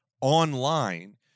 online